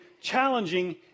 challenging